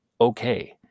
okay